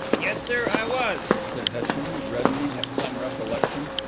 yes, sir, i was, said hutchins, reddening at some recollection,